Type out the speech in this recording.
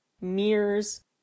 mirrors